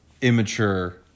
immature